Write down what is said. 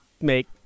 make